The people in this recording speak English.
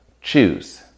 choose